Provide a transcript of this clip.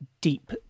deep